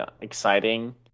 exciting